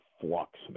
flux